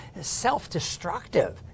self-destructive